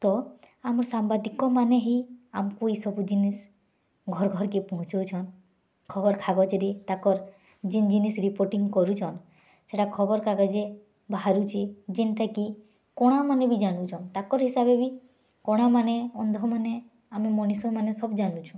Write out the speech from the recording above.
ତ ଆମର୍ ସାମ୍ୱାଦିକମାନେ ହିଁ ଆମ୍କୁ ଇ ସବୁ ଜିନିଷ୍ ଘର୍ ଘର୍କେ ପହଁଞ୍ଚଉଛନ୍ ଖବର୍ କାଗଜରେ ତାଙ୍କର୍ ଜିନ୍ ଜିନ୍ଷ ରିପୋର୍ଟିଙ୍ଗ୍ କରୁଛନ୍ ସେଇଟା ଖବର୍କାଗଜେ ବାହାରୁଛି ଯେଣ୍ଟାକି କଣାମାନେ ବି ଜାଣୁଛନ୍ ତାଙ୍କର୍ ହିସାବ୍ରେ ବି କଣାମାନେ ଅନ୍ଧମାନେ ଆମେ ମନିଷମାନେ ସବୁ ଜାନୁଛୁଁ